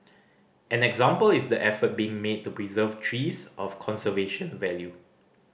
an example is the effort being made to preserve trees of conservation value